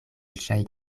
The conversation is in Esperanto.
ŝiaj